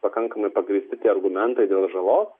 pakankamai pagrįsti tie argumentai dėl žalos